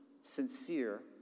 sincere